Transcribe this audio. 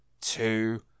two